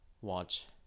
watch